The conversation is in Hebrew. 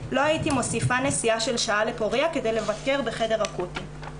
לא הייתי מוסיפה נסיעה של שעה לפוריה כדי לבקר בחדר אקוטי.